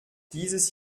dieses